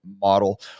model